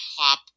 top